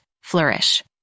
flourish